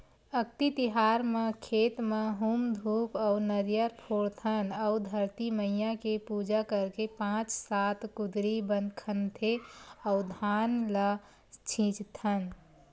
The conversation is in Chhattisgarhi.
अक्ती तिहार म खेत म हूम धूप अउ नरियर फोड़थन अउ धरती मईया के पूजा करके पाँच सात कुदरी खनथे अउ धान ल छितथन